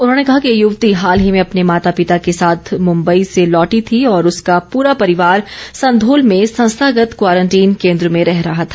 उन्होंने कहा कि ये युवति हाल ही में अपने माता पिता के साथ मुंबई से लौटी थी और उसका पूरा परिवार संघोल में संस्थागत क्वारंटीन केंद्र में रह रहा था